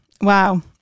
wow